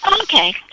Okay